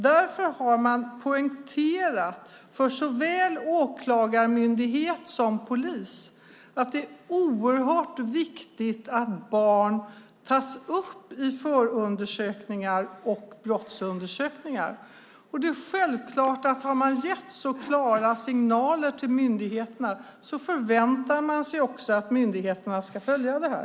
Därför har man poängterat för såväl åklagarmyndighet som polis att det är oerhört viktigt att barn tas upp i förundersökningar och brottsundersökningar. Har man gett så klara signaler till myndigheterna förväntar man sig också att myndigheterna ska följa detta.